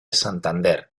santander